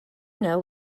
know